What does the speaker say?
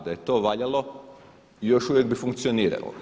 Da je to valjalo još uvijek bi funkcioniralo.